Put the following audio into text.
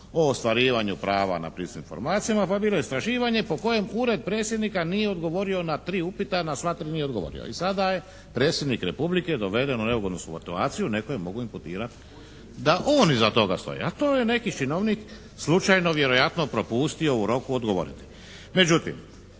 o ostvarivanju prava na pristup informacijama pa bilo je istraživanje po kojem ured predsjednika nije odgovorio na tri upita, na sva tri nije odgovorio. I sada je predsjednik Republike doveden u neugodnu situaciju, netko je mogao imputirati da on iza toga stoji. A to je neki činovnik slučajno vjerojatno propustio u roku odgovoriti.